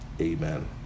Amen